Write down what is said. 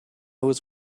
was